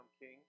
king